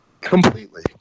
Completely